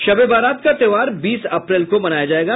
शब ए बारात का त्योहार बीस अप्रैल को मनाया जायेगा